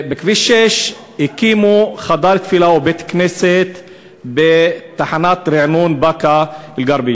בכביש 6 הקימו חדר תפילה ובית-כנסת בתחנת הרענון באקה-אל-ע'רביה.